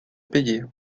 payer